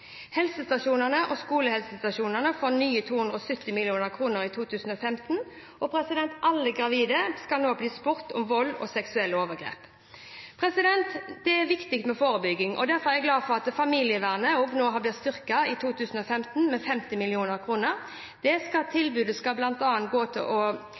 Helsestasjonene og skolehelsetjenesten får nye 270 mill. kr i 2015, og alle gravide skal nå bli spurt om vold og seksuelle overgrep. Det er viktig med forebygging, og derfor er jeg glad for at familievernet styrkes med 50 mill. kr i 2015. Blant annet skal tilbudet til familier som lever med vold og tilbudet til